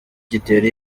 gitera